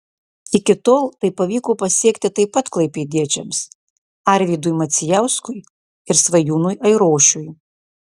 iki tol tai pavyko pasiekti taip pat klaipėdiečiams arvydui macijauskui ir svajūnui airošiui